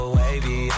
wavy